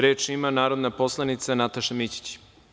Reč ima narodna poslanica Nataša Mićić.